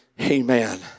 Amen